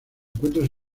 encuentra